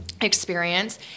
Experience